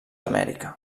amèrica